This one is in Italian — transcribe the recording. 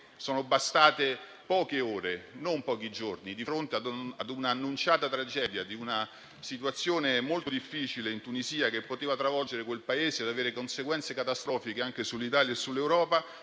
bastate poche ore, non pochi giorni: di fronte ad un'annunciata tragedia a causa di una situazione molto difficile in Tunisia, che poteva travolgere quel Paese ed avere conseguenze catastrofiche anche sull'Italia e sull'Europa,